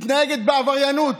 מתנהגת בעבריינות